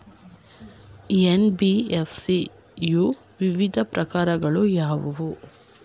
NBFC ಯ ವಿವಿಧ ಪ್ರಕಾರಗಳು ಯಾವುವು?